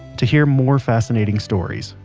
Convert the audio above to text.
to hear more fascinating stories,